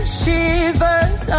shivers